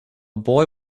boy